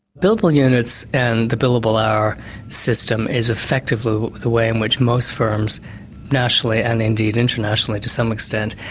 billable units and the billable hour system is effectively the way in which most firms nationally and indeed internationally, to some extent,